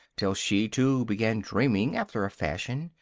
till she too began dreaming after a fashion,